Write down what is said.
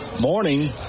morning